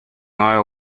oil